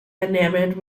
enamored